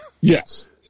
Yes